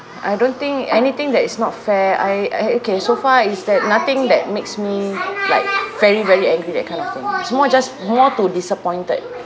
I don't think anything that is not fair I I okay so far is that nothing that makes me like very very angry that kind of thing it's more just more to disappointed